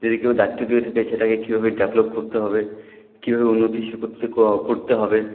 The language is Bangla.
যদি কেউ দায়িত্ব দিয়ে থাকে সেটাকে কীভাবে ডেভলপ করতে হবে কীভাবে উন্নতিশীল করতে করতে হবে